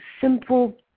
simple